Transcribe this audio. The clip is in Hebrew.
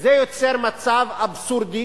וזה יוצר מצב אבסורדי,